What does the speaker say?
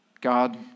God